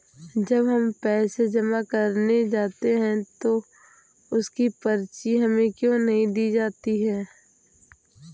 जब हम पैसे जमा करने जाते हैं तो उसकी पर्ची हमें क्यो नहीं दी जाती है?